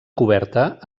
coberta